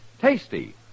Tasty